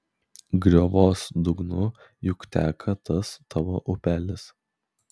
griovos dugnu juk teka tas tavo upelis